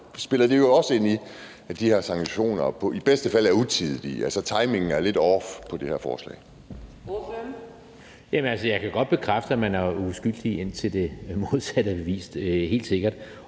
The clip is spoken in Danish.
spiller ind i, at de her sanktioner i bedste fald er utidige, altså at timingen er lidt off i det her forslag.